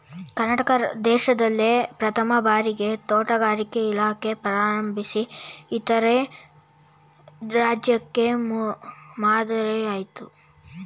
ಕರ್ನಾಟಕ ದೇಶ್ದಲ್ಲೇ ಪ್ರಥಮ್ ಭಾರಿಗೆ ತೋಟಗಾರಿಕೆ ಇಲಾಖೆ ಪ್ರಾರಂಭಿಸಿ ಇತರೆ ರಾಜ್ಯಕ್ಕೆ ಮಾದ್ರಿಯಾಯ್ತು